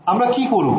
আমরা কি করবো